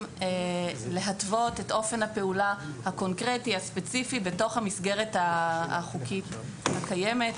להתוות את אופן הפעולה הקונקרטי הספציפי בתוך המסגרת החוקית הקיימת.